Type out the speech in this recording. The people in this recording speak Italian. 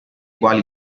quali